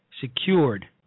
secured